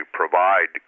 provide